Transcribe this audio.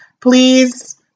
Please